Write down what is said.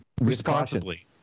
responsibly